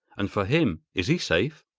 and for him is he safe?